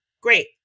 Great